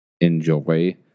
enjoy